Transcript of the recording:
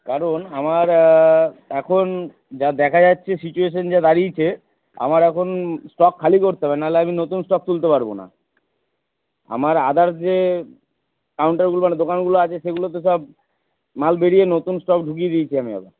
কারণ আমার এখন যা দেখা যাচ্ছে সিচুয়েশান যা দাঁড়িয়েছে আমার এখন স্টক খালি করতে হবে নাহলে আমি নতুন স্টক তুলতে পারব না আমার আদার্স যে কাউন্টারগুলো মানে দোকানগুলো আছে সেগুলো তো সব মাল বেরিয়ে নতুন স্টক ঢুকিয়ে দিয়েছি আমি এখন